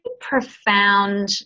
profound